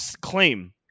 claim